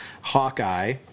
Hawkeye